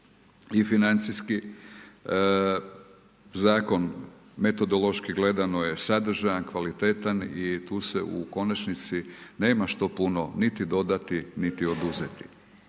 i financijski. Zakon metodološki gledano je sadržajan, kvalitetan i tu se u konačnici nema što puno niti dodati, niti oduzeti.